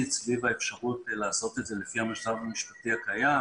סביב האפשרות לעשות את זה לפי המצב המשפטי הקיים